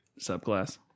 subclass